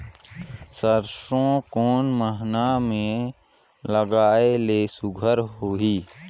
सरसो कोन माह मे लगाय ले सुघ्घर होही?